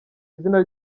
izina